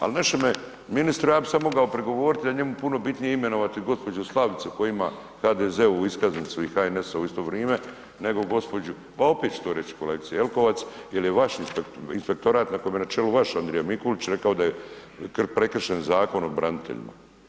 Al našemu ministru ja bi sad mogao prigovoriti da je njemu puno bitnije imenovati gospođu Slavicu koja ima HDZ-ovu iskaznicu i HNS-ovu u isto vrijeme nego gospođu, pa opet ću to reći kolegice Jelkovac jer je vaš inspektorat, na kojem je na čelu vaš Andrija Mikulić rekao da je prekršen Zakon o braniteljima.